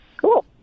Cool